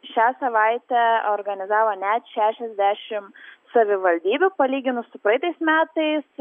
šią savaitę organizavo net šešiasdešim savivaldybių palyginus su praeitais metais